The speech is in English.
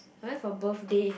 I went for birthday